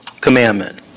commandment